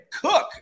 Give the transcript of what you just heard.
Cook